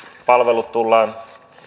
palvelut tullaan